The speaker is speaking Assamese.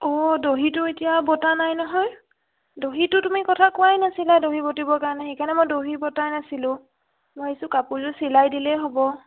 অঁ দহিটো এতিয়া বটা নাই নহয় দহিটো তুমি কথা কোৱাই নাছিলা দহি বটিবৰ কাৰণে সেই কাৰণে মই দহি বটাই নাছিলোঁ মই ভাবিছোঁ কাপোৰযোৰ চিলাই দিলেই হ'ব